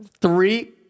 three